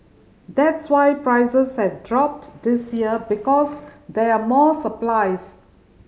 that's why prices have dropped this year because there are more supplies